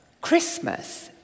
Christmas